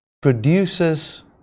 produces